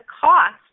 cost